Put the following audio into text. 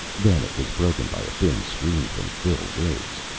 then it was broken by a thin scream from phil riggs.